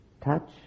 touch